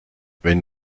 wenn